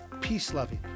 peace-loving